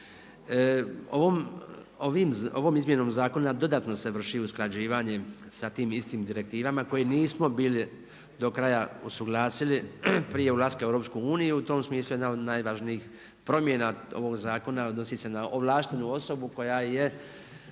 Ovom izmjenom zakona dodatno se vrši usklađivanje sa tim istim direktivama koje nismo bili do kraja usuglasili prije ulaska u EU. U tom smislu jedna od najvažnijih promjena ovog zakona odnosi se na ovlaštenu osobu koja je